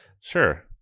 sure